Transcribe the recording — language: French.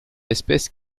espèce